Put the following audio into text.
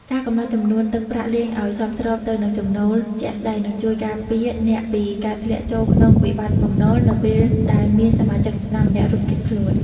ការកំណត់ចំនួនទឹកប្រាក់លេងឱ្យសមស្របទៅនឹងចំណូលជាក់ស្ដែង នឹងជួយការពារអ្នកពីការធ្លាក់ចូលក្នុងវិបត្តិបំណុល នៅពេលដែលមានសមាជិកណាម្នាក់រត់គេចខ្លួន។